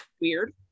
Weird